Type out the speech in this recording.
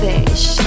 Fish